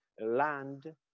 land